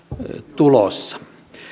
tulossa